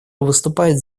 выступает